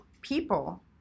people